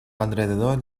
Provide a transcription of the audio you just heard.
alrededor